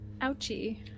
Ouchie